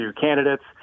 candidates